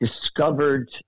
discovered